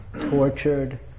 tortured